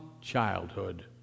childhood